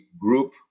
group